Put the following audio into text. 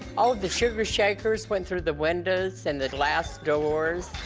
oh, the sugar shakers went through the windows and the glass doors.